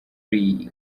lee